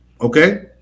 okay